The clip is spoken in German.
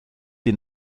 die